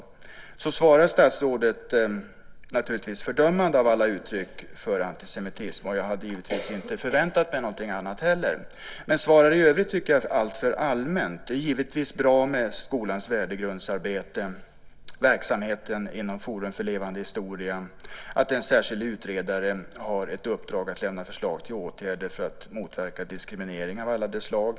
Statsrådet svarar naturligtvis med ett fördömande av alla uttryck för antisemitism. Jag hade givetvis inte förväntat mig någonting annat heller. Men jag tycker att svaret i övrigt är alltför allmänt. Det är givetvis bra med skolans värdegrundsarbete och med verksamheten inom Forum för levande historia. Det är bra att en särskild utredare har till uppdrag att lämna förslag till åtgärder för att motverka diskriminering av alla de slag.